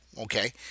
okay